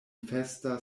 festa